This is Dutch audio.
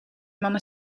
mannen